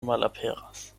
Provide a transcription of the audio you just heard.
malaperas